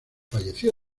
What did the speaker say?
falleció